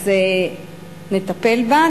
אז נטפל בה.